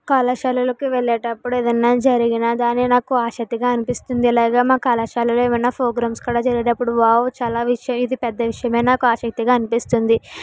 కళాశాలలకు వెళ్ళేటప్పుడు ఏదన్న జరిగిన దానిని నాకు ఆశక్తిగా అనిపిస్తుంది ఇలాగ మా కళాశాలలో ఏవైనా ప్రొగ్రామ్స్ కూడా జరిగేటప్పుడు వావ్ చాలా విషయాలు ఇది పెద్ద విషయం నాకు ఆశక్తిగా అనిపిస్తుంది